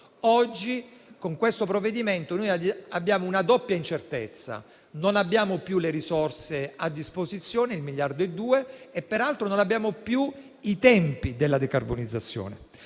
Oggi, con questo provvedimento, abbiamo una doppia incertezza: non abbiamo più le risorse a disposizione (1,2 miliardi) e non abbiamo più i tempi della decarbonizzazione.